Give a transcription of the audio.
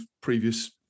previous